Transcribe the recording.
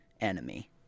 enemy